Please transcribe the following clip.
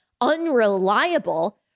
unreliable